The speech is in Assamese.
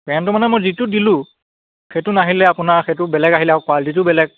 পেণ্টটো মানে মই যিটো দিলোঁ সেইটো নাহিলে আপোনাৰ সেইটো বেলেগ আহিলে আৰু কোৱালিটিটোও বেলেগ